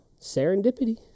serendipity